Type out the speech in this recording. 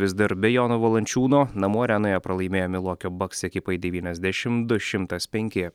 vis dar be jono valančiūno namų arenoje pralaimėjo milokio baks ekipai devyniasdešimt du šimtas penki